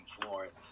Florence